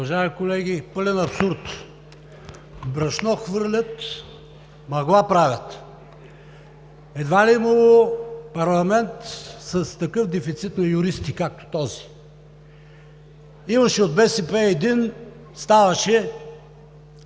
Уважаеми колеги, пълен абсурд – брашно хвърлят, мъгла правят! Едва ли е имало парламент с такъв дефицит на юристи, както този. Имаше един от БСП, ставаше